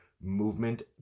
movement